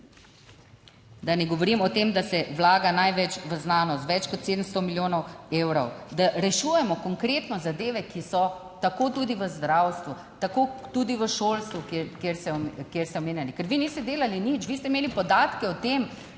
Da ne govorim o tem, da se vlaga največ v znanost, več kot 700 milijonov evrov, da rešujemo konkretno zadeve, ki so tako tudi v zdravstvu, tako tudi v šolstvu, kjer se kjer ste omenjali, ker vi niste delali nič, vi ste imeli podatke o tem,